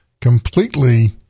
completely